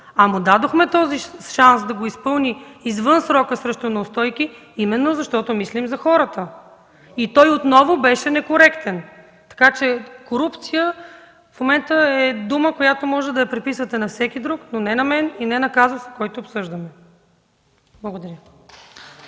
Дадохме му шанс да го изпълни извън срока срещу неустойки именно защото мислим за хората. И той отново беше некоректен. Така че корупция в момента е дума, която може да я приписвате на всеки друг, но не на мен и не на казуса, който обсъждаме. Благодаря.